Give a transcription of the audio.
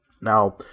Now